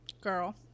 girl